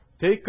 take